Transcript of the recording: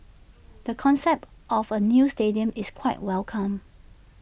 the concept of A new stadium is quite welcome